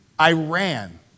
Iran